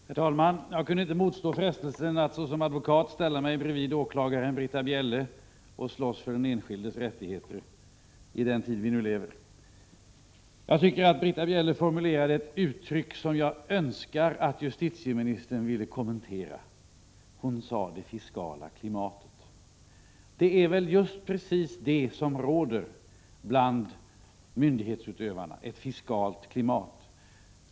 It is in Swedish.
Herr talman! Jag kan inte motstå frestelsen att såsom advokat ställa mig bredvid åklagaren Britta Bjelle och slåss för den enskildes rättigheter i den tid som vi nu lever i. Britta Bjelle använde en formulering som jag önskar att justitieministern ville kommentera, nämligen ”det fiskala klimatet”. Det är väl just det som råder bland myndighetsutövarna — ett fiskalt klimat.